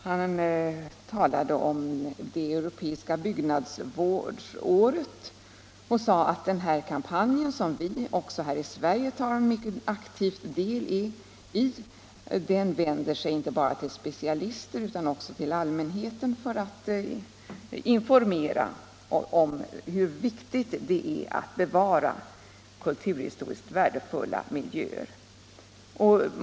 Han talade om det europeiska byggnadsvårdsåret och sade att den kampanj, som även vi i Sverige tar mycket aktiv del i, inte vänder sig bara till specialister utan också till allmänheten för att informera om hur viktigt det är att bevara kulturhistoriskt värdefulla miljöer.